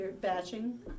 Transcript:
batching